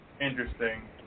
Interesting